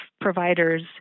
providers